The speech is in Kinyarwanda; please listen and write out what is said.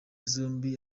zombi